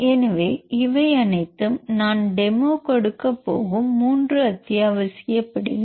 எனவே இவை அனைத்தும் நான் டெமோ கொடுக்கப் போகும் 3 அத்தியாவசிய படிகள்